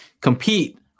compete